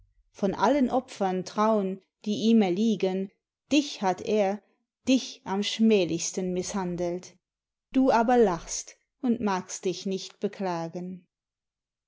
von allen opfern traun die ihm erliegen dich hat er dich am schmählichsten mißhandelt du aber lachst und magst dich nicht beklagen